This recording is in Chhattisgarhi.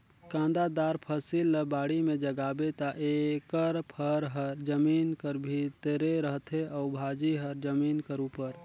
कांदादार फसिल ल बाड़ी में जगाबे ता एकर फर हर जमीन कर भीतरे रहथे अउ भाजी हर जमीन कर उपर